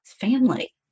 family